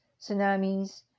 tsunamis